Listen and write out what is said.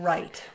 Right